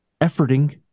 efforting